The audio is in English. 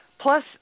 plus